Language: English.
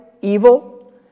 evil